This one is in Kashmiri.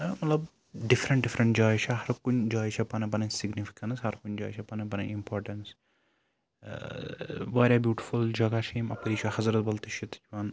مَطلَب ڈِفرَنٛٹ ڈِفرَنٛٹ جایہِ چھِ ہر کُنہِ جایہِ چھِ پَنٕنۍ پَنٕنۍ سِگنِفِکنٕس ہر کُنہِ جایہِ چھِ پَنٕنۍ پَنٕنۍ اِمپوٹَنٕس واریاہ بیوٗٹفُل جَگہ چھ یِم اپٲری چھُ حَضرَتبَل تہِ چھُ یِوان